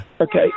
Okay